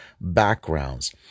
backgrounds